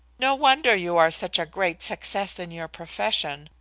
no wonder you are such a great success in your profession!